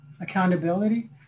accountability